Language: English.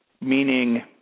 meaning